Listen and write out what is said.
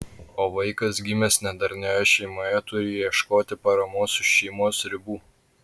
o vaikas gimęs nedarnioje šeimoje turi ieškoti paramos už šeimos ribų